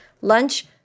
Lunch